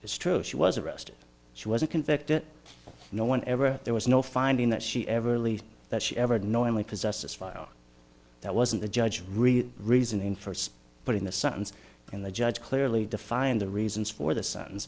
is true she was arrested she wasn't convicted no one ever there was no finding that she ever leave that she ever knowingly possessed this file that wasn't the judge really reasoning for putting the sentence and the judge clearly define the reasons for the s